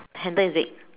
handle is red